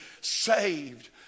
saved